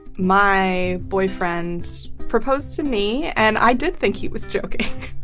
my boyfriend proposed to me and i did think he was joking.